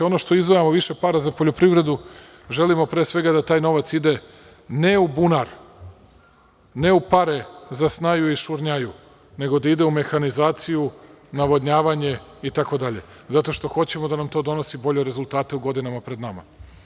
Ono što izdvajamo više para za poljoprivredu, želimo pre svega da taj novac ide ne u bunar, ne u pare za snaju i šurnjaju, nego da ide u mehanizaciju, navodnjavanje, itd, zato što hoćemo da nam to donosi bolje rezultate u godinama pred nama.